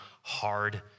hard